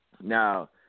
Now